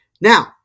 Now